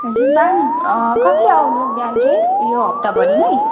हजुर म्याम कहिले आउनु बिहान चाहिँ यो हप्ताभरि नै